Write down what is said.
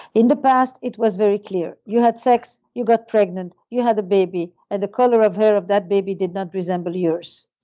in the past, it was very clear you had sex, you got pregnant, you had a baby, and the color of hair of that baby did not resemble yours,